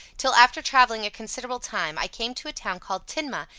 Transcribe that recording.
till, after travelling a considerable time, i came to a town called tinmah,